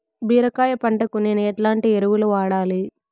బీరకాయ పంటకు నేను ఎట్లాంటి ఎరువులు వాడాలి?